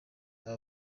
aba